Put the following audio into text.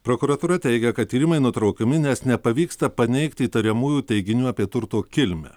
prokuratūra teigia kad tyrimai nutraukiami nes nepavyksta paneigti įtariamųjų teiginių apie turto kilmę